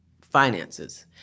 finances